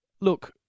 look